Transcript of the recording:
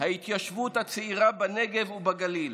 ההתיישבות הצעירה בנגב ובגליל